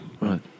Right